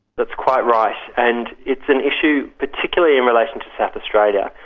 that's quite right, and it's an issue particularly in relation to south australia,